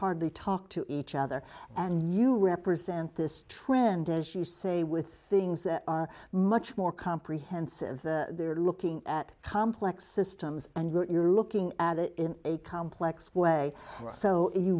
hardly talk to each other and you represent this trend as you say with things that are much more comprehensive they're looking at complex systems and you're looking at it in a complex way so